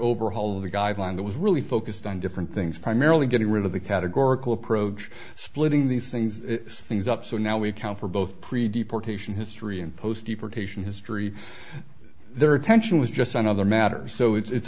overhaul of the guideline that was really focused on different things primarily getting rid of the categorical approach splitting these things things up so now we account for both preedy partition history and post deportation history their attention was just on other matters so it's